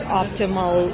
optimal